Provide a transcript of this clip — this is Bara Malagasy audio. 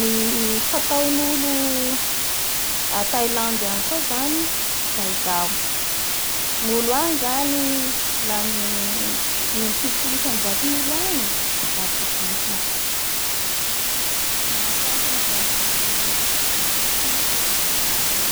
Ny olo a Vietnamy agny zany lafa nifankahita da mifandray tanga la mitsikitsiky amin'ny olo igny enao lafa abakeo